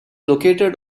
located